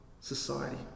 society